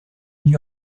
une